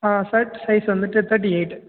ஆ shirt size வந்துட்டு thirty eight